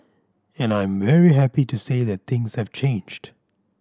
and I'm very happy to say that things have changed